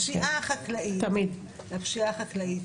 לפשיעה החקלאית